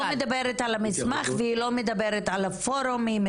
מדברת על מסמך והיא לא מדברת על הפורומים,